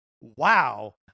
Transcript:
wow